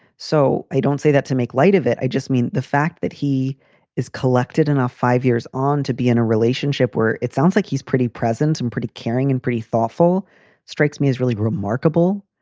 so i don't say that to make light of it. i just mean the fact that he is collected enough five years on to be in a relationship where it sounds like he's pretty present and pretty caring and pretty thoughtful strikes me is really remarkable.